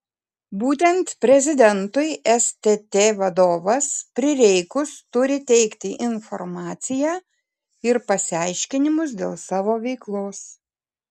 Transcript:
būtent prezidentui stt vadovas prireikus turi teikti informaciją ir pasiaiškinimus dėl savo veiklos